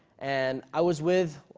and i was with